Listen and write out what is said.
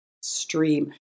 stream